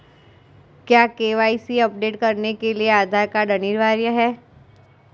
क्या KYC update करने के लिए आधार कार्ड अनिवार्य है?